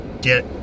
get